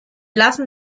lassen